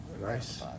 nice